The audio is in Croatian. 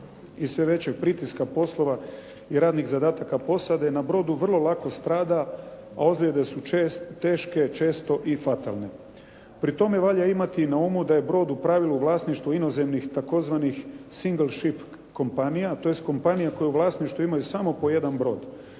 i sve većeg pritiska poslova i radnih zadataka posade na brodu vrlo lako strada a ozljede su teške, često i fatalne. Pri tome treba imati na umu da je brod u pravilu vlasništvo inozemnih tzv. single sheap kompanija tj. kompanija koje u vlasništvu imaju samo po jedan brod,